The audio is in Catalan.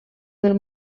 del